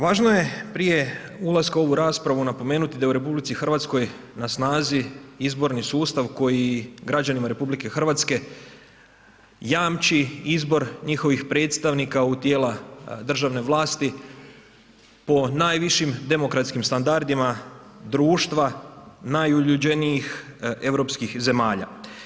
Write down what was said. Važno je prije ulaska u ovu raspravu napomenuti da je u RH na snazi izborni sustav koji građanima RH jamči izbor njihovih predstavnika u tijela državne vlasti po najvišim demokratskim standardima društva najuljuđenijih europskih zemalja.